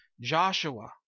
Joshua